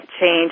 change